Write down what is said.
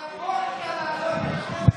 על הוודקה להעלות את המיסים.